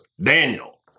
Daniel